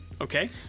Okay